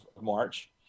March